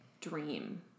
dream